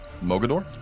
Mogador